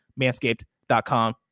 Manscaped.com